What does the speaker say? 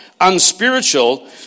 unspiritual